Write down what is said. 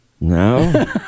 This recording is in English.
No